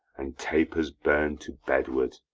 and tapers burn'd to bedward.